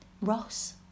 Ross